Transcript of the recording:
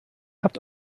habt